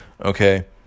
Okay